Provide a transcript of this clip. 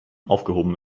aufgehoben